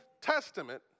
Testament